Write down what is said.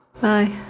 Bye